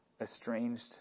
estranged